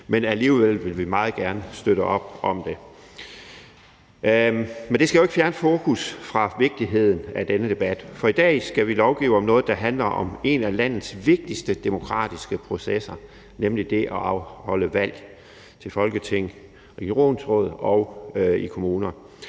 men alligevel vil vi meget gerne støtte op om det. Det skal jo ikke fjerne fokus fra vigtigheden af denne debat, for i dag skal vi behandle lovgivning om noget, der handler om en af landets vigtigste demokratiske processer, nemlig det at afholde valg til Folketinget, regionsråd